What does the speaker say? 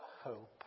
hope